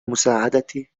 مساعدتي